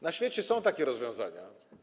Na świecie są takie rozwiązania.